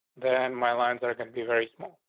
then my lines are gonna be very small.